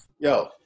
Yo